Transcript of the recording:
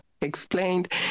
explained